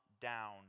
down